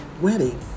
wedding